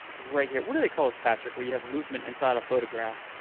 right here. what do they call this, patrick, where you have movement inside a photograph?